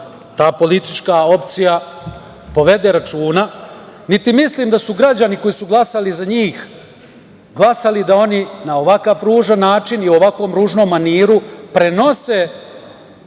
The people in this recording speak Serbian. ta politička opcija povede računa. Niti mislim da su građani koji su glasali za njih glasali da oni na ovakav ružan način i u ovakvom ružnom maniru prenose